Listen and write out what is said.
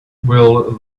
will